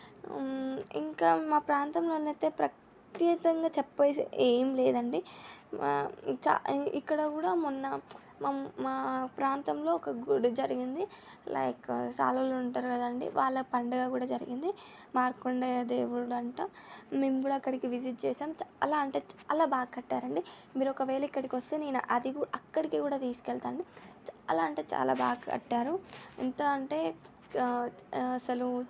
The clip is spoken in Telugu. ఇంకా మా ప్రాంతంలో అయితే ప్రత్యేకంగా చెప్పేది ఏం లేదండి చా ఇక్కడ కూడా మొన్న మా మా ప్రాంతంలో ఒక గుడి జరిగింది లైక్ సాధువులు ఉంటారు కదండీ వాళ్ళ పండగ కూడా జరిగింది మార్కండేయ దేవుడు అంట మేము కూడా అక్కడికి విజిట్ చేసాము చాలా అంటే చాలా బాగా కట్టారు అండి మీరు ఒకవేళ ఇక్కడికి వస్తే నేను అది అక్కడికి కూడా తీసుకెళతాను చాలా అంటే చాలా బాగా కట్టారు ఎంత అంటే అసలు